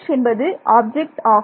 என்பது ஆப்ஜெக்ட் ஆகும்